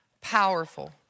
powerful